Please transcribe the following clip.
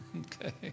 Okay